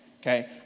Okay